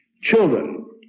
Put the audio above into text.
Children